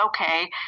okay